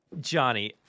Johnny –